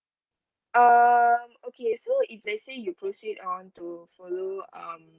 um okay so if let's say you proceed on to follow um